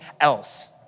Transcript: else